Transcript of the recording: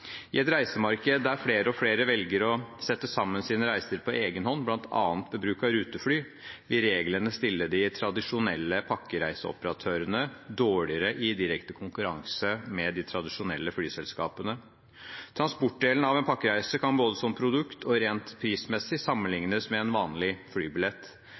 I et reisemarked der flere og flere velger å sette sammen sine reiser på egen hånd, bl.a. ved bruk av rutefly, vil reglene stille de tradisjonelle pakkereiseoperatørene dårligere i direkte konkurranse med de tradisjonelle flyselskapene. Transportdelen av en pakkereise kan både som produkt og rent prismessig sammenlignes med en vanlig flybillett.